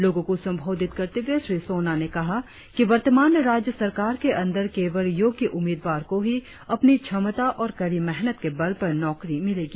लोगों को संबोधित करते हुए श्री सोना ने कहा कि वर्तमान राज्य सरकार के अंदर केवल योग्य उम्मीदवार को ही अपनी क्षमता और कड़ी मेहनत के बल पर नौकरी मिलेगी